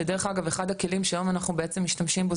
שדרך אגב אחד הכלים שהיום אנחנו בעצם משתמשים בו,